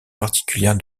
particulière